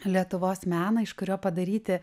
lietuvos meną iš kurio padaryti